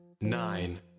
Nine